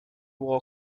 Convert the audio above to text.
war